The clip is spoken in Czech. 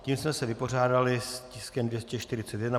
Tím jsme se vypořádali s tiskem 241.